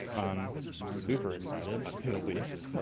i'm super excited, to say the least,